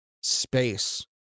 space